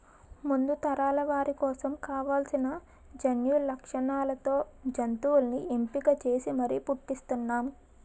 ముందు తరాల వారి కోసం కావాల్సిన జన్యులక్షణాలతో జంతువుల్ని ఎంపిక చేసి మరీ పుట్టిస్తున్నారు